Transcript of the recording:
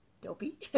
dopey